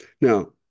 Now